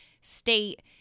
state